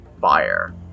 fire